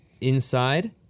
inside